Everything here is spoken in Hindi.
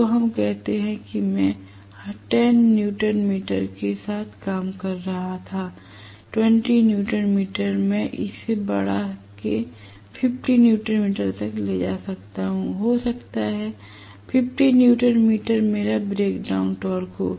तो हम कहते हैं कि मैं 10 न्यूटन मीटर के साथ काम कर रहा था 20 न्यूटन मीटर मैं इसे बड़ा के 50 न्यूटन मीटर तक ला सकता हूं हो सकता है कि 50 न्यूटन मीटर मेरा ब्रेक डाउन टॉर्क हो